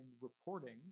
reporting